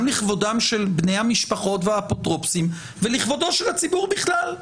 לכבודם של בני המשפחות והאפוטרופסים ולכבודו של הציבור בכלל,